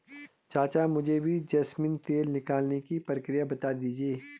चाचा मुझे भी जैस्मिन तेल निकालने की प्रक्रिया बता दीजिए